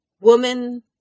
woman